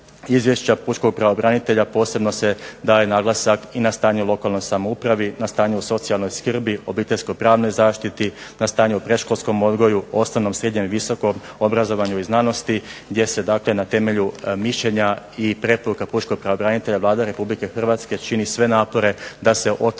Izvješća pučkog pravobranitelja posebno se daje naglasak i na stanje u lokalnoj samoupravi, na stanje u socijalnoj skrbi, obiteljsko-pravnoj zaštiti, na stanje u predškolskom odgoju, osnovnom, srednjem i visokom obrazovanju i znanosti gdje se dakle na temelju mišljenja i preporuka pučkog pravobranitelja Vlada Republike Hrvatske čini sve napore da se otklone